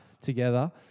together